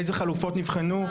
אילו חלופות נבחנו.